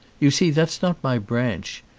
you see, that's not my branch,